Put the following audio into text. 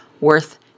worth